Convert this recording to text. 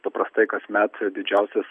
paprastai kasmet didžiausias